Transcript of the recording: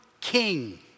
king